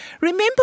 Remember